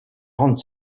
hand